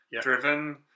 Driven